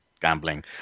gambling